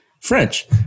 French